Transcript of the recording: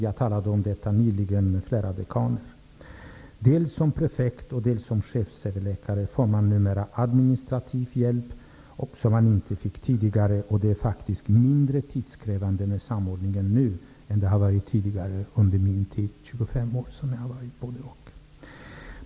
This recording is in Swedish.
Jag talade om detta nyligen med flera dekaner. Som prefekt och som chefsöverläkare får man numera administrativ hjälp, som man inte fick tidigare. Det är faktiskt mindre tidskrävande med samordningen nu än det var tidigare under den tid, 25 år, som jag var både prefekt och chefsöverläkare.